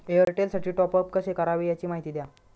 एअरटेलसाठी टॉपअप कसे करावे? याची माहिती द्या